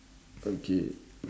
okay